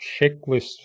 checklist